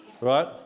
right